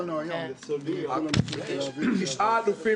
תשעה אלופים